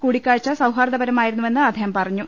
കൂടി ക്കാഴ്ച സൌഹാർദ്ദ പരമായിരുന്നു വെന്ന് അദ്ദേഹം പറഞ്ഞു